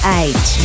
eight